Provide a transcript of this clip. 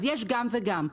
אז יש גם וגם.